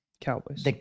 Cowboys